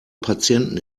patienten